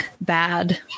bad